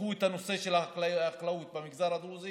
שיפתחו את הנושא של החקלאות במגזר הדרוזי.